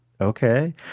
Okay